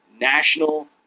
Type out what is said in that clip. national